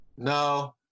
No